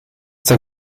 der